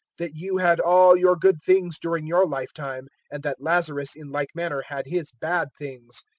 that you had all your good things during your lifetime, and that lazarus in like manner had his bad things.